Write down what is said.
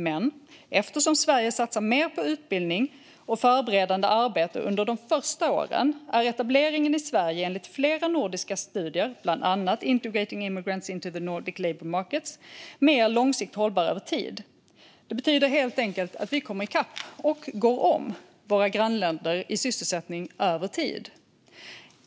Men eftersom Sverige satsar mer på utbildning och förberedande arbete under de första åren är etableringen i Sverige enligt flera nordiska studier, bland annat Integrating immigrants into the Nordic labour markets , mer långsiktigt hållbar. Det betyder helt enkelt att vi kommer ikapp och går om våra grannländer i sysselsättning över tid.